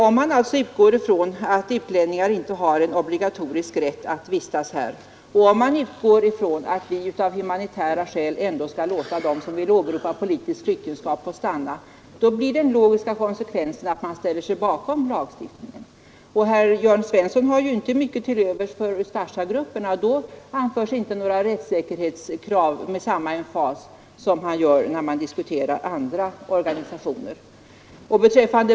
Om man utgår ifrån att utlänningar inte har en ovillkorlig rätt att vistas här men att vi av humanitära skäl ändå vill låta dem som åberopar politiskt flyktingskap stanna, blir den logiska konsekvensen att man ställer sig bakom lagstiftningen. Herr Jörn Svensson har ju inte mycket till övers för Ustasja-grupperna, och när det gäller dem framförs inte rättssäkerhetskraven med samma emfas som när man diskuterar andra organisationer.